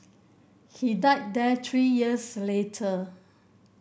he died there three years later